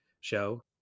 show